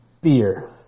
Beer